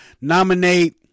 Nominate